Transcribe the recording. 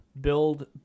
build